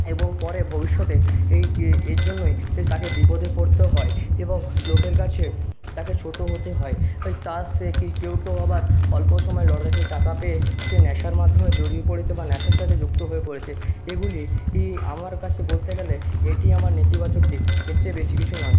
এবং পরে ভবিষ্যতে এই এর জন্যই এই তাকে বিপদে পড়তে হয় এবং লোকের কাছে তাকে ছোটো হতে হয় ওই তা সে কি কেউ কেউ আবার অল্প সময়ে লটারিতে টাকা পেয়ে সে নেশার মাধ্যমে জড়িয়ে পড়েছে বা নেশার সাথে যুক্ত হয়ে পড়েছে এগুলি ই আমার কাছে বলতে গেলে এটিই আমার নেতিবাচক দিক এর চেয়ে বেশি কিছু নয়